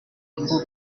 mbogo